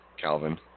Calvin